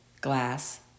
Glass